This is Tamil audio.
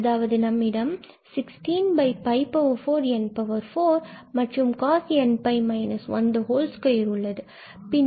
அதாவது நம்மிடம் 16 4 n4 and 2 உள்ளது